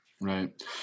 Right